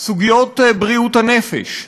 סוגיות בריאות הנפש,